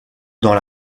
dans